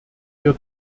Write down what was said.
wir